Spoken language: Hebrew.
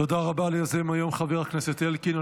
תודה רבה ליוזם היום חבר הכנסת אלקין.